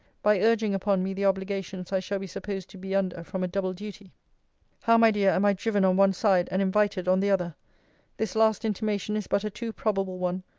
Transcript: by urging upon me the obligations i shall be supposed to be under from a double duty how, my dear, am i driven on one side, and invited on the other this last intimation is but a too probable one.